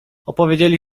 opowiedzieli